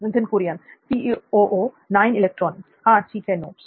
नित्थिन कुरियन हां ठीक है नोट्स